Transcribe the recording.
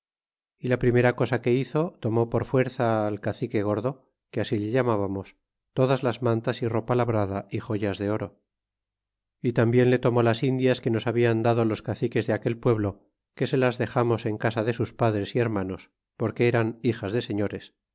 poblado la primera cosa que hizo tomó por fuerza al cacique gordo que así le llamábamos todas las mantas é ropa labrada é joyas de oro é también le tomó las indias que nos habian dado los caciques de aquel pueblo que se las dexamos en casa de sus padres é hermanos porque eran hijas de sefiores